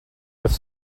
with